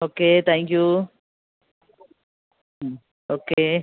okay thank you hmm okay